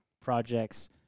projects